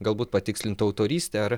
galbūt patikslintų autorystę ar